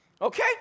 Okay